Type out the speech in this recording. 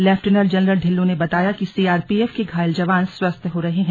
lieutenant general Dhillon ने बताया कि सी और पी एफ के घायल जवान स्वस्थ हो रहे हैं